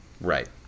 Right